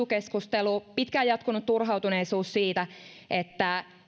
keskustelu pitkään jatkunut turhautuneisuus siitä että